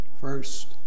first